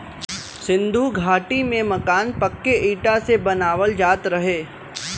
सिन्धु घाटी में मकान पक्के इटा से बनावल जात रहे